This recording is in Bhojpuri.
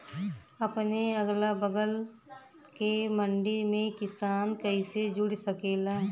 अपने अगला बगल के मंडी से किसान कइसे जुड़ सकेला?